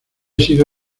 sido